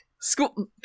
School